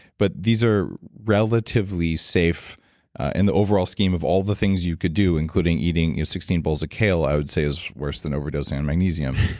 but these are relatively safe in the overall scheme of all the things you could do including eating your sixteen bowls of kale i would say is worse than overdosing on magnesium.